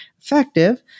effective